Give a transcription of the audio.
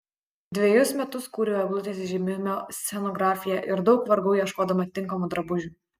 dvejus metus kūriau eglutės įžiebimo scenografiją ir daug vargau ieškodama tinkamų drabužių